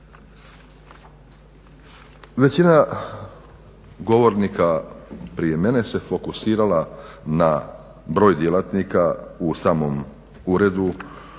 Većina govornika prije mene se fokusirala na broj djelatnika u samom uredu